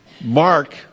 Mark